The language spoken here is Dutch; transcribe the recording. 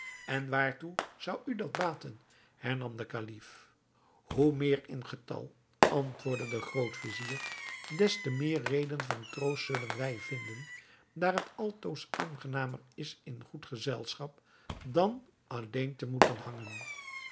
en waartoe zou u dat baten hernam de kalif hoe meer in getal antwoordde de groot-vizier des te meer reden van troost zullen wij vinden daar het altoos aangenamer is in goed gezelschap dan alleen te moeten hangen